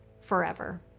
forever